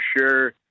sure